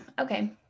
okay